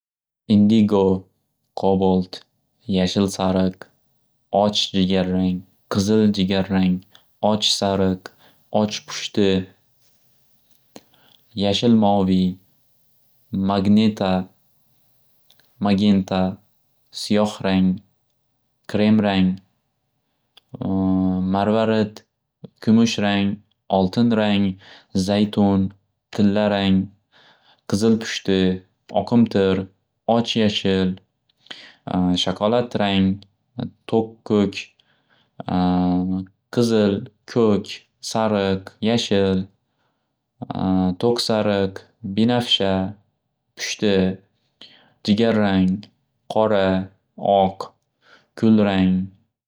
Indigo, kobolt, yashil sariq, och jigarrang, qizil jigarrang, och sariq, och pushti, yashil moviy, magneta, magenta, siyoh rang, krem rang, marvarid, kumush rang, oltin rang, zaytun, tilla rang, qizil pushti, oqimtir, och yashil, shakalat rang, to'q ko'k, qizil, ko'k, sariq, yashil, to'q sariq, binafsha, pushti, jigarrang, qora, oq, kulrang.